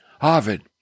Harvard